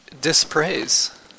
dispraise